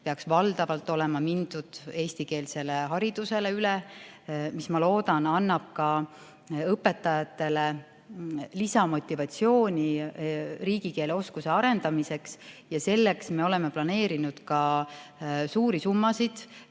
peaks valdavalt olema mindud üle eestikeelsele haridusele, mis, ma loodan, annab ka õpetajatele lisamotivatsiooni riigikeeleoskuse arendamiseks. Me oleme planeerinud suuri summasid,